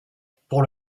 pour